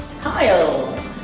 Kyle